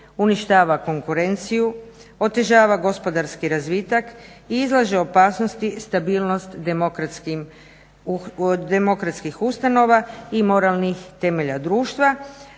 uništava konkurenciju, otežava gospodarski razvitak i izlaže opasnosti stabilnost demokratskih ustanova i moralnih temelja društva,